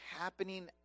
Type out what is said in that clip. happening